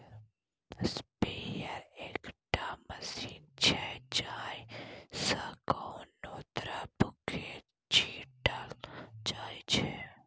sprayer एकटा machine छै जाहि सँ कोनो द्रब केँ छीटल जाइ छै